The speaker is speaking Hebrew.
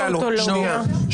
עוצמה.